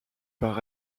par